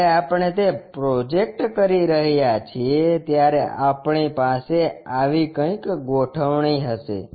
જ્યારે આપણે તે પ્રોજેક્ટ કરી રહ્યા છીએ ત્યારે આપણી પાસે આવી કંઈક ગોઠવણી હશે